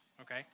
okay